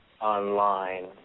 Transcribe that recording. online